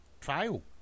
trial